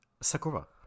Sakura